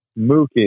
Mookie